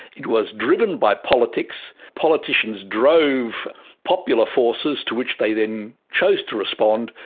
it was driven by politics. politicians drove popular forces to which they then chose to respond,